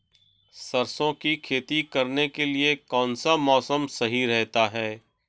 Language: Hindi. सरसों की खेती करने के लिए कौनसा मौसम सही रहता है?